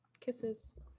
Kisses